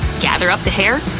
gather up the hair